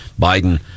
Biden